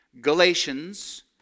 Galatians